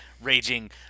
raging